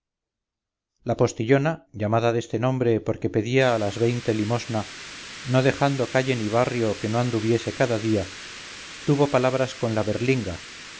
la postillona llamada deste nombre porque pedía a las veinte limosna no dejando calle ni barrio que no anduviese cada día tuvo palabras con la berlinga tan